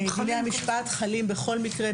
דיני המשפט חלים בכל מקרה,